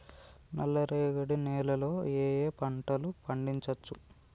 నల్లరేగడి నేల లో ఏ ఏ పంట లు పండించచ్చు?